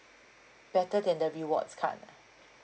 better than the rewards card ah